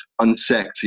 unsexy